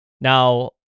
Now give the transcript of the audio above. Now